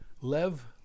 Lev